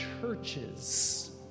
churches